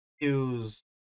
Use